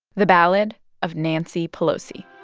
the ballad of nancy pelosi